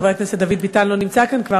חבר הכנסת דוד ביטן לא נמצא כאן כבר,